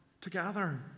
together